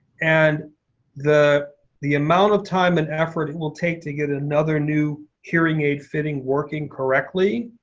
and the the amount of time and effort it will take to get another new hearing aid fitting working correctly,